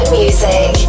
music